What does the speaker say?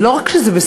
זה לא רק בסדר,